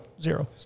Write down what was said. zero